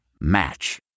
Match